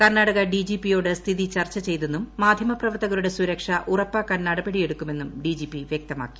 കർണ്ണാടക ഡിജിപിയോട് സ്ഥിതി ചർച്ച ചെയ്തെന്നും മാധ്യമപ്രവർത്തകരുടെ സുരക്ഷ ഉറപ്പാക്കാൻ നടപടിയെടുക്കുമെന്നും ഡിജിപി വ്യക്തമാക്കി